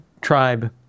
tribe